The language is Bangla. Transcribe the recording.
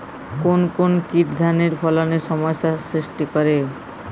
কোন কোন কীট ধানের ফলনে সমস্যা সৃষ্টি করে?